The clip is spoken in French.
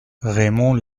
raymond